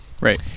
Right